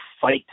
fight